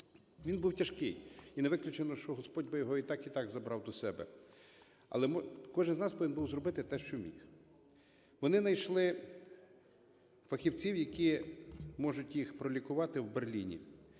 Він був тяжкий. І не виключено, що Господь би його і так, і так забрав до себе. Але кожен з нас повинен був зробити те, що міг. Вони найшли фахівців, які можуть їх пролікувати в Берліні.